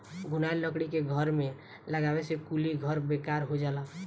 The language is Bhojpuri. घुनाएल लकड़ी के घर में लगावे से कुली घर बेकार हो जाला